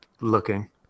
looking